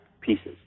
pieces